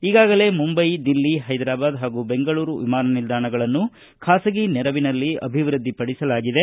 ಈಗಾಗಲೇ ಮುಂಬಯಿ ದಿಲ್ಲಿ ಹೈದರಾಬಾದ್ ಹಾಗೂ ಬೆಂಗಳೂರು ವಿಮಾನ ನಿಲ್ದಾಣಗಳನ್ನು ಖಾಸಗಿ ನೆರವಿನಲ್ಲಿ ಅಭಿವೃದ್ದಿಪಡಿಸಲಾಗಿದೆ